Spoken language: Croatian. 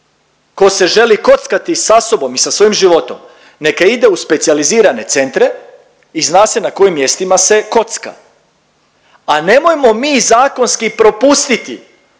tko se želi kockati sa sobom i sa svojim životom neka ide u specijalizirane centre i zna se na kojim mjestima se kocka, a nemojmo mi zakonski propustiti